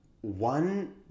one